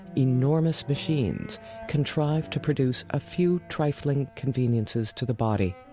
enormous machines contrived to produce a few trifling conveniences to the body.